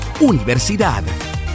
Universidad